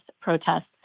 protests